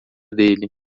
dele